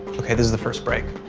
ok this is the first break.